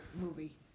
movie